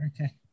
okay